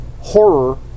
horror